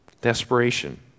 Desperation